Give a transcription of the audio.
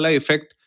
effect